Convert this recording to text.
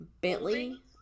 Bentley